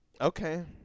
Okay